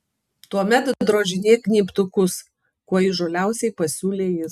tuomet drožinėk gnybtukus kuo įžūliausiai pasiūlė jis